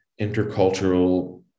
intercultural